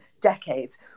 decades